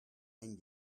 and